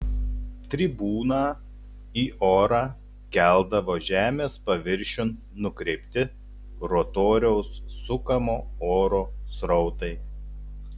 tribūną į orą keldavo žemės paviršiun nukreipti rotoriaus sukamo oro srautai